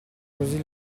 così